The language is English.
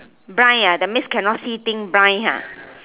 blind ah that means cannot see things blind ah